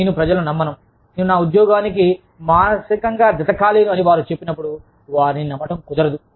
నేను ప్రజలను నమ్మను నేను నా ఉద్యోగానికి మానసికంగా జతకాలేను అని వారు చెప్పినప్పుడు వారిని నమ్మటం కుదరదు